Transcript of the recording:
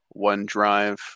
OneDrive